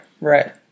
right